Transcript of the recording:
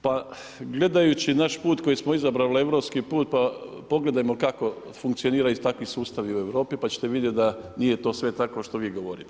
Pa gledajući naš put koji smo izabrali, europski put, pa pogledajmo kako funkcioniraju takvi sustavi u Europi pa ćete vidjeti da nije to sve tako što vi govorite.